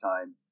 time